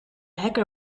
hacker